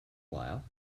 while